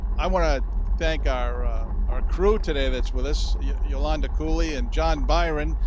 i want to thank our our crew today that's with us, yolanda cooley and john byron.